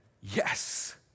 yes